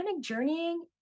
journeying